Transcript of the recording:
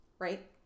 Right